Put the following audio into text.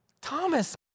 Thomas